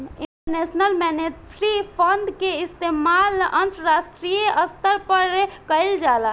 international monetary fund के इस्तमाल अंतरराष्ट्रीय स्तर पर कईल जाला